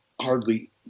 hardly